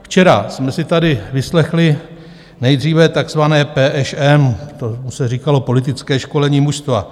Včera jsme si tady vyslechli nejdříve takzvané PŠM tomu se říkalo politické školení mužstva.